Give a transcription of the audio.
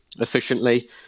efficiently